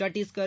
Chhattisgarh